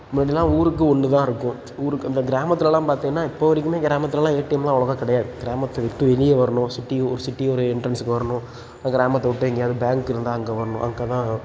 முன்னாடிலாம் ஊருக்கு ஒன்று தான் இருக்கும் ஊருக்கு இந்த கிராமத்துலலாம் பார்த்தீங்கன்னா இப்போது வரைக்குமே கிராமத்துலலாம் ஏடிஎம்லாம் அவ்வளோவா கிடையாது கிராமத்தை விட்டு வெளியே வரணும் சிட்டியூர் சிட்டியூரு எண்ட்ரன்ஸுக்கு வரணும் கிராமத்தை விட்டு எங்கேயாவது பேங்க்கு இருந்தால் அங்கே வரணும் அங்கே தான்